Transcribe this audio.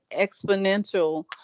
exponential